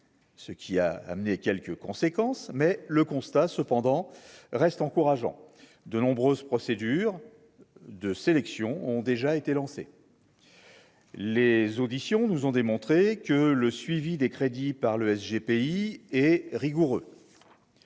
Ce qui a amené quelques conséquences mais le constat cependant reste encourageant de nombreuses procédures de sélection ont déjà été lancés. Les auditions, nous ont démontré que le suivi des crédits par le SG pays et rigoureux.